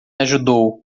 ajudou